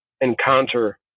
encounter